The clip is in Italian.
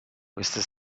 questa